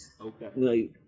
Okay